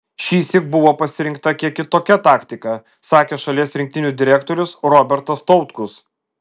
šįsyk buvo pasirinkta kiek kitokia taktika sakė šalies rinktinių direktorius robertas tautkus